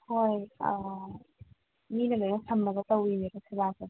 ꯍꯣꯏ ꯑꯥ ꯃꯤꯅ ꯂꯣꯏꯅ ꯁꯝꯃꯒ ꯇꯧꯔꯤꯅꯦꯕ ꯁꯦꯕꯥꯁꯦ